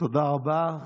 תודה רבה.